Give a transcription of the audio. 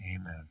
Amen